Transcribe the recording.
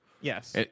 Yes